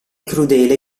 crudele